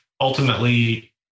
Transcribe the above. ultimately